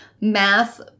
math